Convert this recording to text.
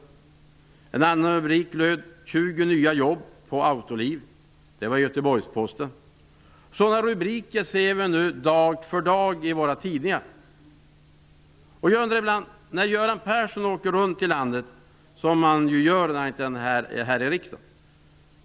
En annan rubrik löd: ''20 nya jobb på Autoliv''. Det var Göteborgs Posten som skrev det. Sådana rubriker ser vi nu dag efter dag i våra tidningar. Märker inte Göran Persson det när han åker runt i landet, vilket han ju gör när han inte är här i riksdagen?